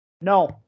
No